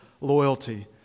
loyalty